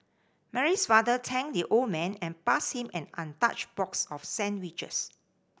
Mary's father thanked the old man and passed him an untouched box of sandwiches